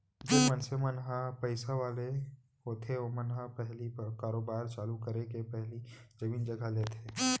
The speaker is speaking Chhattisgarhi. जेन मनसे मन ह पइसा वाले होथे ओमन ह पहिली कारोबार चालू करे के पहिली जमीन जघा लेथे